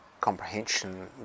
Comprehension